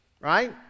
Right